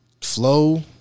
flow